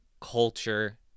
Culture